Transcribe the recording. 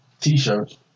t-shirts